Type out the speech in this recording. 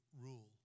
rule